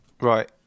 Right